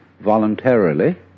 voluntarily